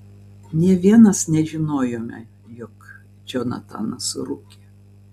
nė vienas nežinojome jog džonatanas rūkė